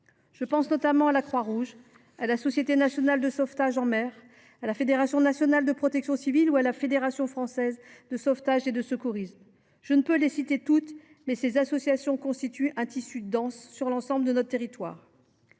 Je pense notamment à la Croix Rouge française, à la Société nationale de sauvetage en mer, à la Fédération nationale de protection civile ou à la Fédération française de sauvetage et de secourisme. Je ne peux les citer toutes, mais ces associations constituent un tissu dense sur l’ensemble de notre territoire.